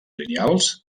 lineals